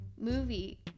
movie